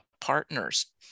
partners